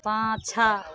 पाछाँ